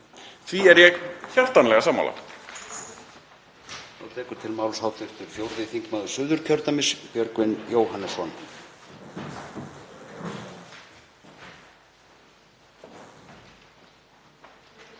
Því er ég hjartanlega sammála.